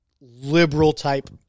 liberal-type